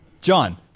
John